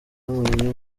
mourinho